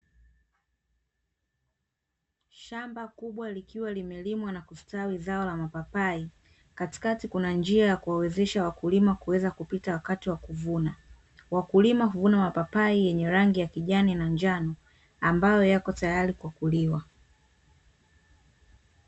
Shamba kubwa likiwa limelimwa na kustawi zao la mapapai, katikati kuna njia ya kuwezesha wakulima kuweza kupita wakati wa kuvuna. Wakulima huvuna mapapai yenye rangi ya kijani na njano, ambayo yako tayari kwa kuliwa.